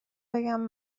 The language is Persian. بگم